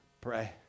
pray